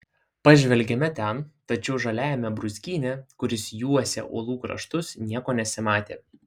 pažvelgėme ten tačiau žaliajame brūzgyne kuris juosė uolų kraštus nieko nesimatė